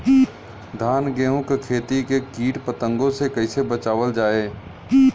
धान गेहूँक खेती के कीट पतंगों से कइसे बचावल जाए?